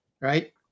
right